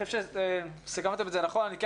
אני חושב שסיכמתם את זה נכון.